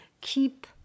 keep